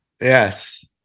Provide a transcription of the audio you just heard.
Yes